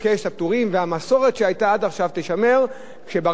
כשברפורמה היא לא היתה: משום מה לא הוכנסו ועדות הפטור,